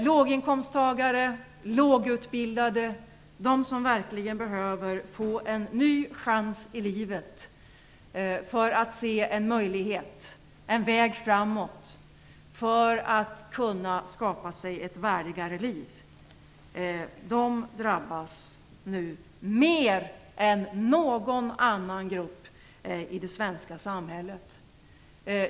Låginkomsttagare och lågutbildade, de som verkligen behöver få en ny chans i livet för att kunna se en möjlighet, en väg framåt och för att kunna skapa sig ett värdigare liv, drabbas nu mer än någon annan grupp i det svenska samhället.